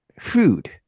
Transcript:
food